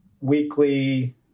weekly